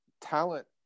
talent